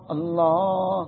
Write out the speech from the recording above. Allah